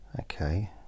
Okay